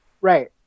Right